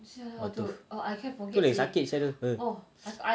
!aduh! tu lagi sakit [sial] tu ugh